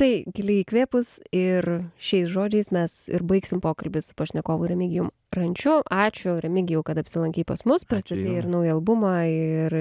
tai giliai įkvėpus ir šiais žodžiais mes ir baigsim pokalbį su pašnekovu remigijum rančiu ačiū remigijui kad apsilankei pas mus pristatei ir naują albumą ir